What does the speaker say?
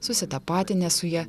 susitapatinęs su ja